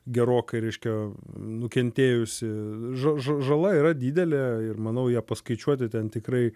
gerokai reiškia nukentėjusi ža ža žala yra didelė ir manau ją paskaičiuoti ten tikrai